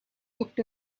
looked